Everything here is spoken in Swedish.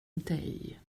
dig